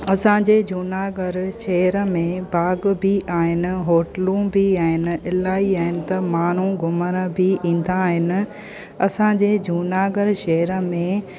असांजे जूनागढ़ शहर में बाग बि आहिनि होटलूं बि आहिनि इलाही आहिनि त माण्हू घुमण बि ईंदा आहिनि असांजे जूनागढ़ शहर में